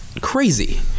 crazy